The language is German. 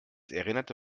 erinnerte